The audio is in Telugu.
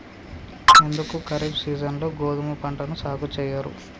ఎందుకు ఖరీఫ్ సీజన్లో గోధుమ పంటను సాగు చెయ్యరు?